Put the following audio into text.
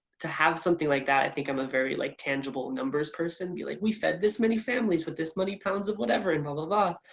to have something like that, i think i'm a very like tangible numbers person. to be like we fed this many families with this many pounds of whatever and blah blah blah,